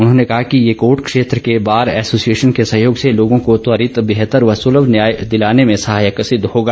उन्होंने कहा कि यह कोर्ट क्षेत्र के बार एसोसिएशन के सहयोग से लोगों को त्वरित बेहतर व सुलभ न्याय दिलाने में सहायक सिद्ध होगा